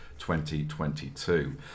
2022